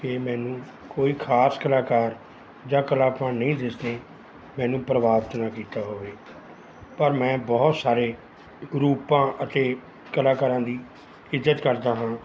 ਕਿ ਮੈਨੂੰ ਕੋਈ ਖਾਸ ਕਲਾਕਾਰ ਜਾਂ ਖਿਲਾਫਣ ਨਹੀਂ ਦਿਸਦੇ ਮੈਨੂੰ ਪ੍ਰਭਾਵਿਤ ਨਾ ਕੀਤਾ ਹੋਵੇ ਪਰ ਮੈਂ ਬਹੁਤ ਸਾਰੇ ਰੂਪਾਂ ਅਤੇ ਕਲਾਕਾਰਾਂ ਦੀ ਇੱਜ਼ਤ ਕਰਦਾ ਹਾਂ